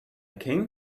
came